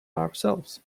ourselves